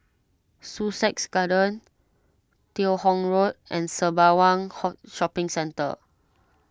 Sussex Garden Teo Hong Road and Sembawang Hok Shopping Centre